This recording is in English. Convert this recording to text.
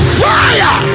fire